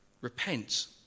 repent